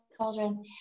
children